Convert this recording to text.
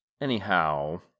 Anyhow